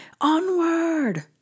onward